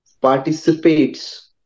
participates